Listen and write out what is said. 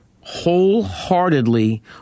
wholeheartedly